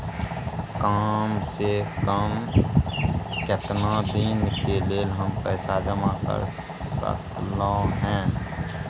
काम से कम केतना दिन के लेल हम पैसा जमा कर सकलौं हैं?